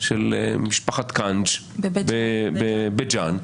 של משפחת קאנג' בבית ג'אן,